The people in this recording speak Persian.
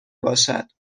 باشد